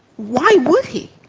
why would he?